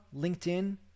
LinkedIn